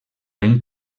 ben